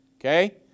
Okay